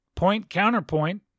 Point-counterpoint